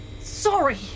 Sorry